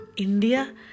India